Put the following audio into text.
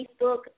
Facebook